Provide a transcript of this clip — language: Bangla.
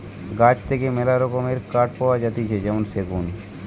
গাছ থেকে মেলা রকমের কাঠ পাওয়া যাতিছে যেমন সেগুন